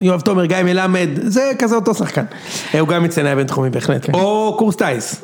יואב תומר, גיא מלמד, זה כזה אותו שחקן. הוא גם מצטייני בין תחומי בהחלט. או קורס טייס.